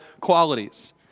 qualities